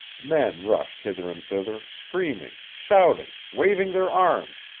men rushed hither and thither, screaming, shouting, waving their arms,